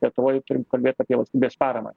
lietuvoj turim kalbėt apie valstybės paramą